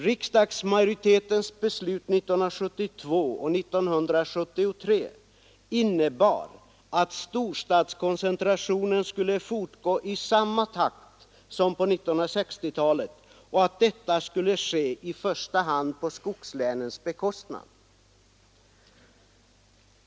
Riksdagsmajoritetens beslut 1972 och 1973 innebar att storstadskoncentrationen skulle fortgå i samma takt som på 1960-talet och att detta skulle ske i första hand på skogslänens bekostnad.